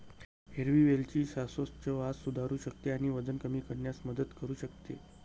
हिरवी वेलची श्वासोच्छवास सुधारू शकते आणि वजन कमी करण्यास मदत करू शकते